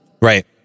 Right